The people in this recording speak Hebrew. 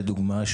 לדוגמה,